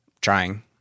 trying